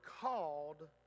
called